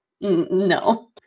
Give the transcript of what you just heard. no